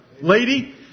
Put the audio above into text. Lady